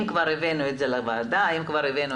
אם כבר הבאנו את זה לוועדה --- אז מה